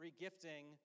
regifting